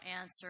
answer